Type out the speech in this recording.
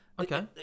Okay